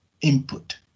input